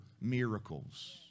miracles